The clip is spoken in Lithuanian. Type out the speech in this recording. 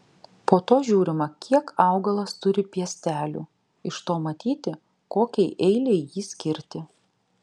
po to žiūrima kiek augalas turi piestelių iš to matyti kokiai eilei jį skirti